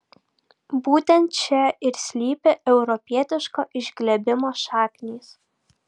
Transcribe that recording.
būtent čia ir slypi europietiško išglebimo šaknys